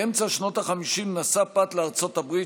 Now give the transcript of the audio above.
באמצע שנות החמישים נסע פת לארצות הברית,